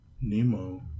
Nemo